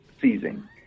seizing